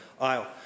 aisle